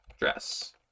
dress